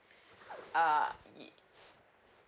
uh yeah